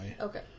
Okay